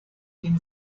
den